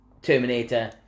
Terminator